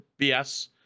BS